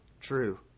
true